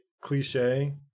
cliche